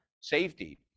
safety